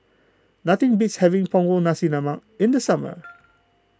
nothing beats having Punggol Nasi Lemak in the summer